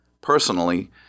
personally